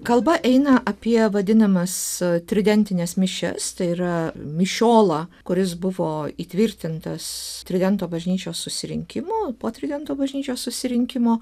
kalba eina apie vadinamas tridentines mišias tai yra mišiolo kuris buvo įtvirtintos tridento bažnyčios susirinkimo po tridento bažnyčios susirinkimo